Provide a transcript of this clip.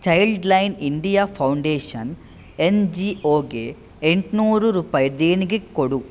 child line India Foundation N G ಓಗೆ ಎಂಟುನೂರು ರುಪಾಯಿ ದೇಣಿಗೆ ಕೊಡು